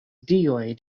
dioj